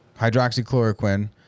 Hydroxychloroquine